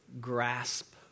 grasp